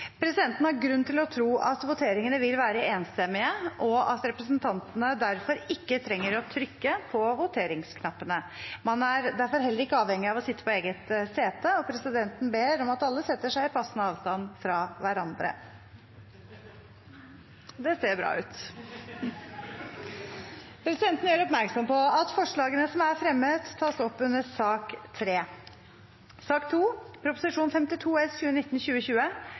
Presidenten har grunn til å tro at voteringene vil være enstemmige, og at representantene derfor ikke trenger å trykke på voteringsknappene. Man er derfor heller ikke avhengig av å sitte på eget sete, og presidenten ber om at alle setter seg i passende avstand fra hverandre. Presidenten gjør oppmerksom på at forslagene som er fremmet, tas opp under sak